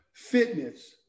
Fitness